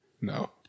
no